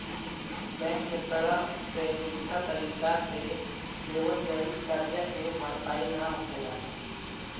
bank के तरफ से झूठा तरीका से देवल गईल करजा के भरपाई ना होखेला